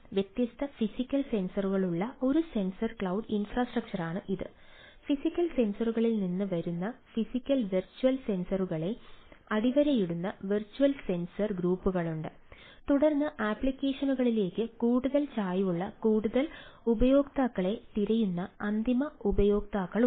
വ്യത്യസ്ത ഫിസിക്കൽ സെൻസറുകളുള്ള ഒരു സെൻസർ ക്ലൌഡ് ഇൻഫ്രാസ്ട്രക്ചറാണ് ഇത് ഫിസിക്കൽ സെൻസറുകളിൽ നിന്ന് വരുന്ന ഫിസിക്കൽ വെർച്വൽ സെൻസറുകളെ അടിവരയിടുന്ന വെർച്വൽ സെൻസർ ഗ്രൂപ്പുകളുണ്ട് തുടർന്ന് ആപ്ലിക്കേഷനുകളിലേക്ക് കൂടുതൽ ചായ്വുള്ള കൂടുതൽ ഉപയോക്താക്കളെ തിരയുന്ന അന്തിമ ഉപയോക്താക്കളുണ്ട്